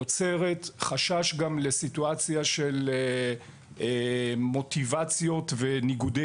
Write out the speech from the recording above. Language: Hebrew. יוצרת חשש גם לסיטואציה של מוטיבציות וניגודי